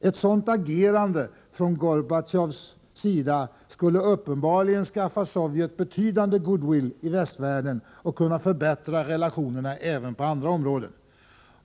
Ett sådant agerande från Gorbatjovs sida skulle uppenbarligen skaffa Sovjet betydande goodwill i västvärlden och kunna förbättra relationerna även på andra områden.